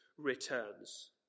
returns